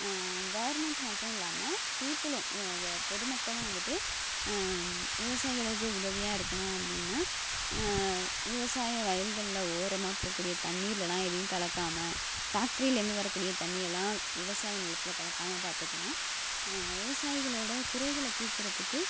government மட்டும் இல்லாமல் பீப்பிளும் பொதுமக்களும் வந்துட்டு விவசாயிகளுக்கு உதவியாக இருக்கணும் அப்படின்னா விவசாய வயல்களில் ஓரமாக போகக்கூடிய தண்ணீர்லெல்லாம் எதையும் கலக்காமல் ஃபேக்ட்ரிலேருந்து வரக்கூடிய தண்ணியை எல்லாம் விவசாய நிலத்தில் கலக்காமல் பார்த்துக்கலாம் விவசாயிகளோடய குறைகளை தீர்க்கிறத்துக்கு